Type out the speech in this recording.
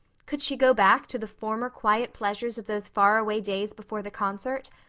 could she go back to the former quiet pleasures of those faraway days before the concert?